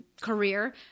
career